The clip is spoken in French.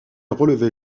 relevait